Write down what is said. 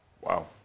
Wow